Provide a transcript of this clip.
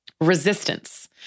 resistance